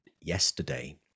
yesterday